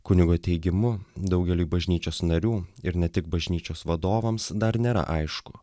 kunigo teigimu daugeliui bažnyčios narių ir ne tik bažnyčios vadovams dar nėra aišku